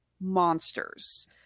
monsters